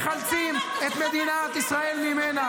מחלצים את מדינת ישראל ממנה,